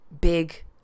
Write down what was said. Big